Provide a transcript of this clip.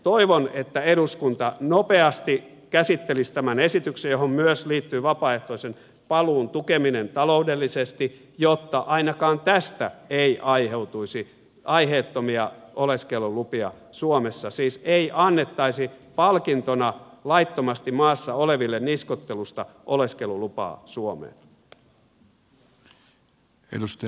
toivon että eduskunta nopeasti käsittelisi tämän esityksen johon myös liittyy vapaaehtoisen paluun tukeminen taloudellisesti jotta ainakaan tästä ei aiheutuisi aiheettomia oleskelulupia suomessa siis ei annettaisi laittomasti maassa oleville palkintona niskoittelusta oleskelulupaa suomeen